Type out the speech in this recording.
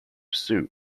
soup